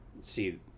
see